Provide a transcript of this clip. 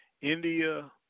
India